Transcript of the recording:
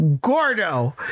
Gordo